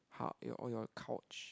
eh all your couch